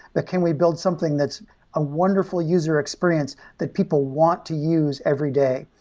but, can we build something that's a wonderful user experience that people want to use every day?